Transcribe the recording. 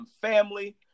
family